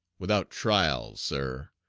without trial, sir,